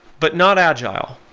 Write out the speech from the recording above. but not agile.